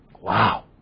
Wow